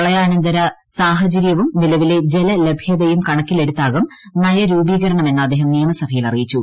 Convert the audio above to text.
പ്രളയാനന്തര സാഹചര്യവും നിലവിലെ ജലലഭ്യതയും കണക്കിലെടുത്താകും നയരൂപീകരണം എന്ന് അദ്ദേഹം നിയമസഭയിൽ അറിയിച്ചു